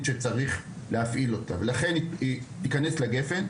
שצריך להפעיל אותה ולכן היא תיכנס לגפן.